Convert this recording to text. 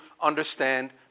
understand